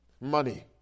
money